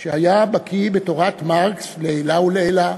שהיה בקי בתורת מרקס לעילא ולעילא,